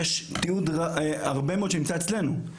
יש תיעוד רב שנמצא אצלנו,